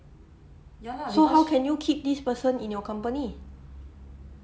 so how can you keep this person in your company